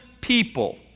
people